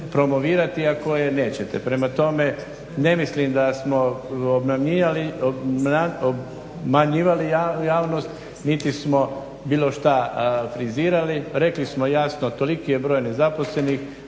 promovirati, a koje nećete. Prema tome, ne mislim da smo obmanjivali javnost niti smo bilo što frizirali. Rekli smo jasno toliki je broj nezaposlenih,